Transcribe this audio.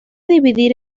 dividir